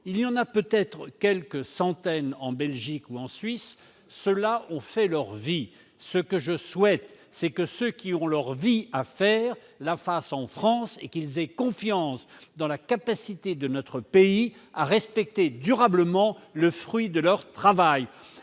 Londres, peut-être quelques centaines en Belgique et en Suisse : ceux-là ont fait leur vie. Ce que je souhaite, c'est que ceux qui ont leur vie à faire la fassent en France, qu'ils aient confiance dans la capacité de notre pays à respecter durablement le fruit de leur travail